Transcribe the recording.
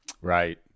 Right